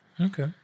Okay